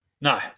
no